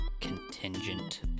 contingent